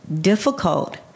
difficult